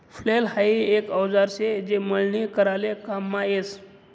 flail हाई एक औजार शे जे मळणी कराले काममा यस